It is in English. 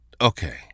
Okay